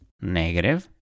negative